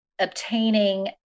obtaining